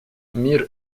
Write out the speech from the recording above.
мир